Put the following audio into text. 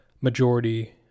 majority